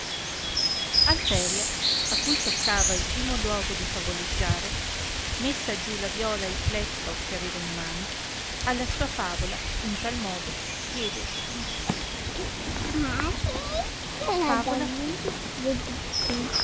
alteria a cui toccava il primo luogo di favoleggiare messa giù la viola e il plettro che aveva in mano alla sua favola in tal modo diede principio favola